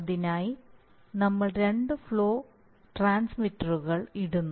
ഇതിനായി നമ്മൾ രണ്ട് ഫ്ലോ ട്രാൻസ്മിറ്ററുകൾ ഇടുന്നു